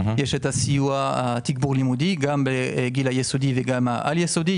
יש הסיוע התגבור הלימודי גם בגיל היסודי וגם העל יסודי.